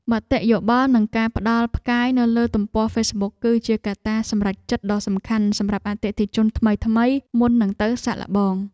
មតិយោបល់និងការផ្ដល់ផ្កាយនៅលើទំព័រហ្វេសប៊ុក គឺជាកត្តាសម្រេចចិត្តដ៏សំខាន់សម្រាប់អតិថិជនថ្មីៗមុននឹងទៅសាកល្បង។